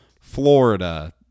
Florida